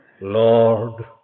Lord